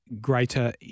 greater